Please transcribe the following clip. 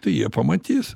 tai jie pamatys